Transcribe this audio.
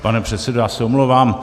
Pane předsedo, já se omlouvám.